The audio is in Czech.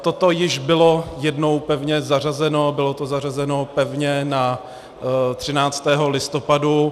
Toto již bylo jednou pevně zařazeno a bylo to zařazeno pevně na 13. listopadu.